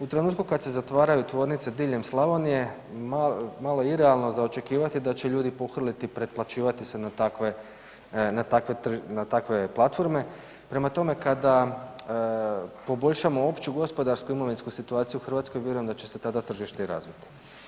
U trenutku kad se zatvaraju tvornice diljem Slavonije, malo je irealno za očekivati da će ljudi pohrliti pretplaćivati se na takve platforme, prema tome, kada poboljšamo opću gospodarsku imovinsku situaciju u Hrvatskoj, vjerujem da će se tada tržište i razviti.